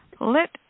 let